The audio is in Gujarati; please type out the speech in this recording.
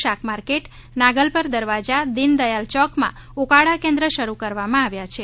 શાકમાર્કેટ નાગલપર દરવાજા દિન દયાલ ચોકમાં ઉકાળા કેન્ન શરૂ કરવામાં આવ્યાં છે